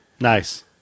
Nice